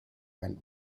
went